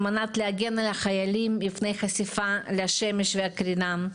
מנת להגן על החיילים מפני חשיפה לשמש וקרינה.